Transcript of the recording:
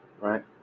right